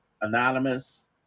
anonymous